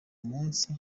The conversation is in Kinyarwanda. munsi